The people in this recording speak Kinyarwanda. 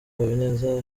habineza